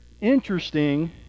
interesting